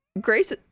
Grace